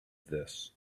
this